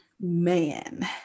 man